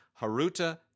Haruta